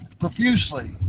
profusely